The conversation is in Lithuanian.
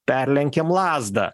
perlenkėm lazdą